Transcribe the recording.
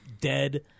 dead